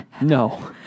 No